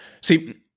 See